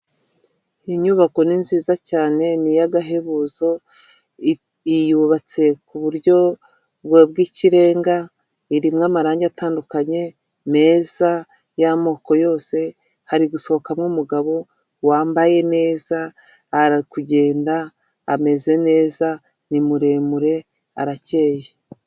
Inyubako ni nziza cyane ni iyagahebuzo yubatse ku buryo bw'ikirenga irimo amarangi atandukanye meza y'amoko yose hari gusohokamo umugabo wambaye neza ari kugenda ameze neza ni muremure arakeye.